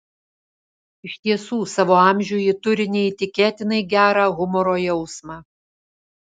iš tiesų savo amžiui ji turi neįtikėtinai gerą humoro jausmą